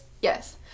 Yes